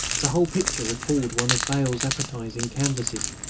the whole picture recalled one of bail's appetising canvases.